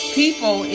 people